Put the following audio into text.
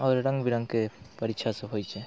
आओर रङ्ग बिरङ्गके परीक्षासभ होइत छै